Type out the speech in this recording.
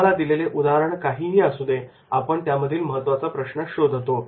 तुम्हाला दिलेले उदाहरण काहीही असू दे आपण त्यामधील महत्त्वाचा प्रश्न शोधतो